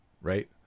right